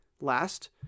Last